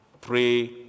Pray